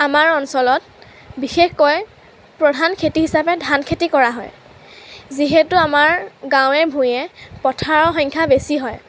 আমাৰ অঞ্চলত বিশেষকৈ প্ৰধান খেতি হিচাপে ধান খেতি কৰা হয় যিহেতু আমাৰ গাঁৱে ভূঞে পথাৰৰ সংখ্যা বেছি হয়